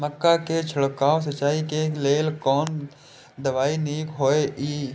मक्का के छिड़काव सिंचाई के लेल कोन दवाई नीक होय इय?